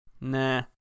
nah